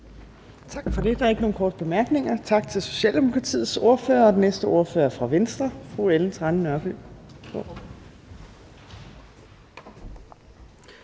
Tak for det. Der er ikke nogen korte bemærkninger. Tak til Socialdemokratiets ordfører. Den næste ordfører er fra Venstre, og det er fru Ellen Trane Nørby.